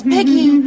Piggy